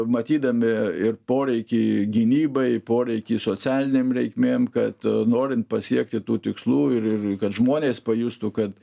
matydami ir poreikį gynybai poreikį socialinėm reikmėm kad norint pasiekti tų tikslų ir ir kad žmonės pajustų kad